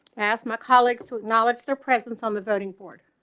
ask my colleagues to acknowledge their presence on the voting board